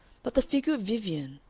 but the figure of vivien,